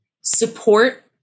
support